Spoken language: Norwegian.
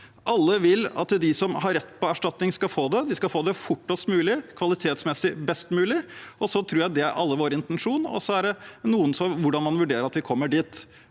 Alle vil at de som har rett på erstatning, skal få det. De skal få det fortest mulig og kvalitetsmessig best mulig. Jeg tror det er vår alles intensjon, og så handler det om hvordan man vurderer at vi kommer dit.